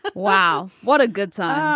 but wow what a good sign.